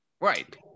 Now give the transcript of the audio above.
Right